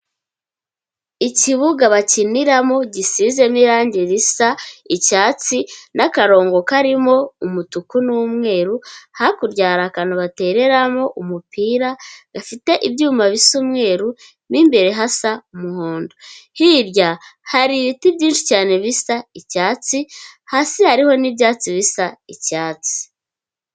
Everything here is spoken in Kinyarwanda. Ikibuga bakiniramo gisize n'irangi risa icyatsi n'akarongo karimo umutuku n'umweru, hakurya hari akantu batereramo umupira, gafite ibyuma bisa umweru mo imbere hasa umuhondo, hirya hari ibiti byinshi cyane bisa icyatsi hasi hariho n'ibyatsi bisa icyatsi.